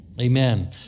Amen